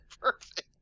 perfect